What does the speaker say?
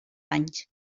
anys